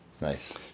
Nice